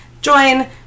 Join